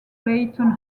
leyton